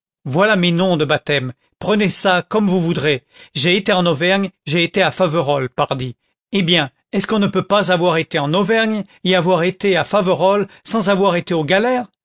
voilà mes noms de baptême prenez ça comme vous voudrez j'ai été en auvergne j'ai été à faverolles pardi eh bien est-ce qu'on ne peut pas avoir été en auvergne et avoir été à faverolles sans avoir été aux galères